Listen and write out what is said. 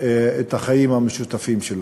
את החיים המשותפים שלהם.